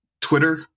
Twitter